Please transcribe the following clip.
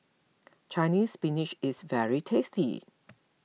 Chinese Spinach is very tasty